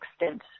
extent